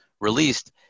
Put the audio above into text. released